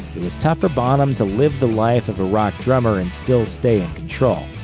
it was tough for bonham to live the life of a rock drummer and still stay in control.